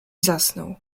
zasnął